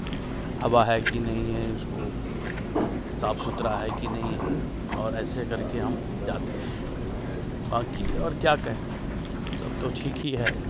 हवा है कि नहीं है इसको साफ़ सुथरा है कि नहीं और ऐसे करके हम जाते हैं बाकि और क्या कहें सब तो ठीक ही है